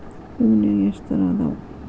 ಹೂನ್ಯಾಗ ಎಷ್ಟ ತರಾ ಅದಾವ್?